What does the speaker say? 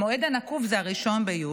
המועד הנקוב זה 1 ביולי,